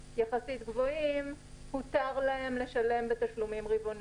גבוהים יחסית אז הותר להם לשלם בתשלומים רבעוניים.